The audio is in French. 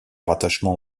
rattachement